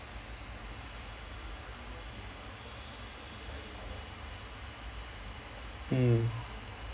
mm